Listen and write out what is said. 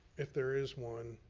if there is one,